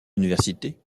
universités